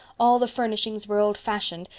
all the furnishings were old-fashioned,